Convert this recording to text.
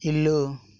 ఇల్లు